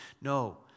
No